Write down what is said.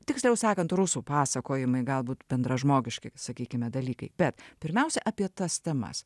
tiksliau sakant rusų pasakojimai galbūt bendražmogiški sakykime dalykai bet pirmiausia apie tas temas